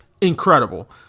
incredible